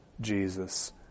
Jesus